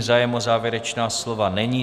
Zájem o závěrečná slova není.